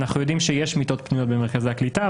אנחנו יודעים שיש מיטות פנויות במרכזי הקליטה,